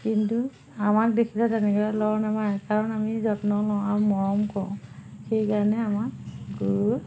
কিন্তু আমাক দেখিলে তেনেকৈ লৰ নামাৰে কাৰণ আমি যত্নও লওঁ আৰু মৰম কৰোঁ সেইকাৰণে আমাক গৰু